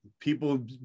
People